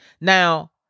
Now